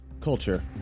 Culture